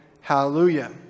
Hallelujah